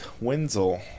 wenzel